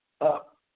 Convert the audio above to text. up